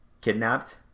kidnapped